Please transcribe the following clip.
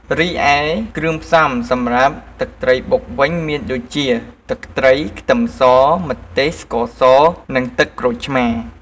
រីឯគ្រឿងផ្សំសម្រាប់ទឹកត្រីបុកវិញមានដូចជា ទឹកត្រី ខ្ទឹមស ម្ទេស ស្ករស និងទឹកក្រូចឆ្មារ។